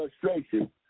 frustration